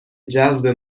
جذب